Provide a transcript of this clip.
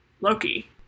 Loki